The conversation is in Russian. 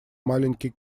маленький